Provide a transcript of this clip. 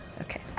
Okay